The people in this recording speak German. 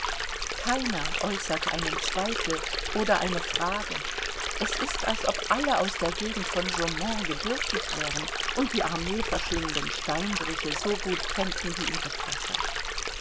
keiner äußert einen zweifel oder eine frage es ist als ob alle aus der gegend von jaumont gebürtig wären und die armeeverschlingenden steinbrüche so gut kennten wie ihre tasche